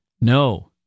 No